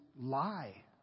lie